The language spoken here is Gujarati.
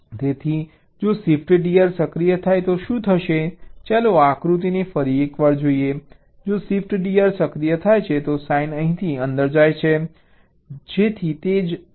તેથી જો Shift DR સક્રિય થાય તો શું થશે ચાલો આ આકૃતિને ફરી એકવાર જોઈએ જો Shift DR સક્રિય થાય છે તો સાઈન અહીંથી અંદર જાય છે જેથી તે જ થાય છે